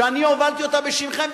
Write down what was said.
שאני הובלתי בשמכם,